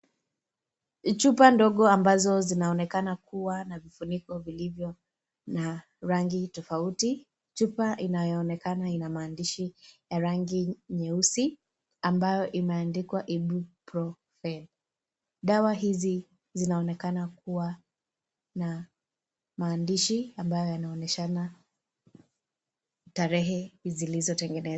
Chupa ndogo ambazo zinaonekana kuwa na vifuniko vilivyo na rangi tofauti chupa inayoonekana yenye maandishi ya rangi nyeusi imeandikwa ibuprufen Dawa hizi zinaonekana kuwa na maandishi yanayoonyesha tarehe zilizotengenezwa.